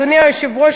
אדוני היושב-ראש,